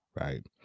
Right